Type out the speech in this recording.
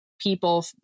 people